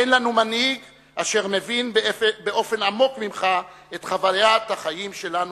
אין לנו מנהיג אשר מבין באופן עמוק ממך את חוויית החיים שלנו,